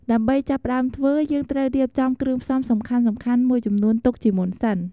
ដើម្បីចាប់ផ្ដើមធ្វើ យើងត្រូវរៀបចំគ្រឿងផ្សំសំខាន់ៗមួយចំនួនទុកជាមុនសិន។